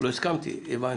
לא הסכמתי, הבנתי.